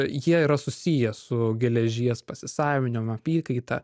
jie yra susiję su geležies pasisavinimu apykaita